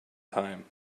time